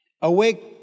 Awake